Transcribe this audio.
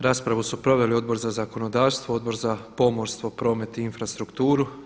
Raspravu su proveli Odbor za zakonodavstvo, Odbor za pomorstvo, promet i infrastrukturu.